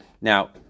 Now